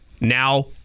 now